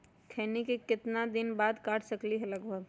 खैनी को कितना दिन बाद काट सकलिये है लगभग?